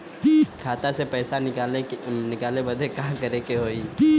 खाता से पैसा निकाले बदे का करे के होई?